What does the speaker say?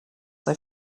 they